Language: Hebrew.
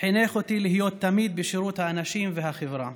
חינך אותי להיות תמיד בשירות האנשים והחברה,